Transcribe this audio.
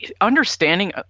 understanding